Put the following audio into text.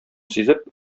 сизеп